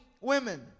women